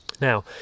Now